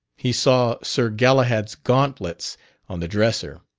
he saw sir galahad's gauntlets on the dresser.